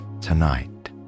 tonight